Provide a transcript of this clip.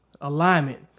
alignment